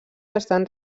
estan